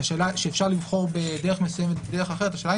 שאפשר לבחור בדרך מסוימת או אחרת השאלה